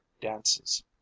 dances